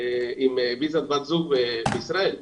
עם ויזה בת זוג בישראל.